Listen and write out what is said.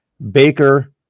Baker